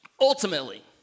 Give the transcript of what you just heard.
Ultimately